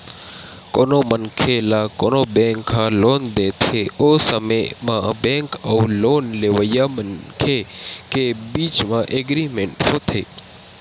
कोनो मनखे ल कोनो बेंक ह लोन देथे ओ समे म बेंक अउ लोन लेवइया मनखे के बीच म एग्रीमेंट होथे